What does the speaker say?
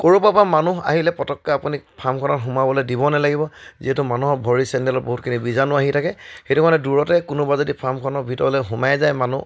ক'ৰবা পা মানুহ আহিলে পটককৈ আপুনি ফাৰ্মখনত সোমাবলৈ দিব নালাগিব যিহেতু মানুহৰ ভৰি চেন্দেলত বহুতখিনি বীজাণু আহি থাকে সেইটো কাৰণে দূৰতে কোনোবা যদি ফাৰ্মখনৰ ভিতৰলৈ সোমাই যায় মানুহ